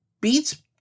beats